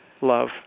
love